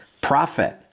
Profit